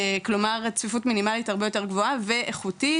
כלומר צפיפות מינימלית הרבה יותר גבוהה ואיכותית,